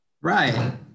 Right